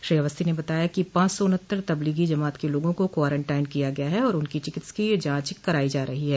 श्री अवस्थी ने बताया कि पॉच सौ उनहत्तर तबलीगी जमात के लोगों को कॉरेनटाइन किया गया है और उनकी चिकित्सकीय जाँच करायी जा रही है